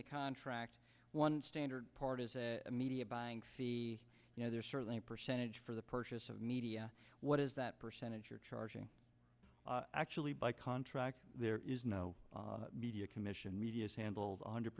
the contract one standard part is a media buying fee you know there's certainly a percentage for the purchase of media what is that percentage you're charging actually by contract there is no media commission media is handled